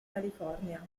california